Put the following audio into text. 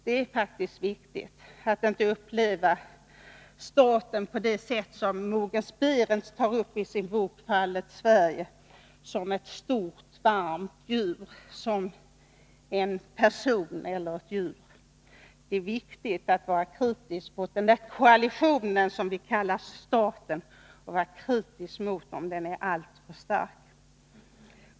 Det är faktiskt viktigt att inte uppleva staten på det sätt som Mogens Berendt beskriver i sin bok Fallet Sverige, dvs. som ett stort, varmt djur eller som en person. Det är viktigt att vara kritisk mot den koalition som vi kallar staten, så att den inte blir alltför stark.